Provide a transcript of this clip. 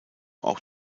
auch